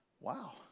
wow